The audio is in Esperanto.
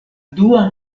dua